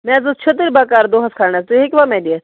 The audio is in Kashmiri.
مےٚ حظ ٲس چھٔتٕرۍ بَکار دۄہَس کٔھنٛڈس تُہۍ ہیٚکوا مےٚ دِتھ